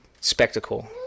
spectacle